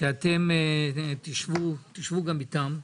שאתם תשבו, תשבו גם איתם,